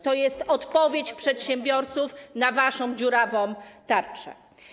To jest odpowiedź przedsiębiorców na waszą dziurawą tarczę.